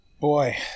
boy